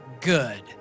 good